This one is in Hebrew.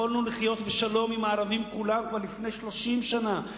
יכולנו לחיות בשלום עם הערבים כולם כבר לפני 30 שנה,